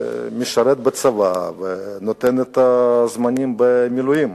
משרת בצבא ונותן את הזמן למילואים.